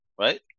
right